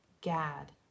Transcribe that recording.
Gad